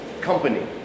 company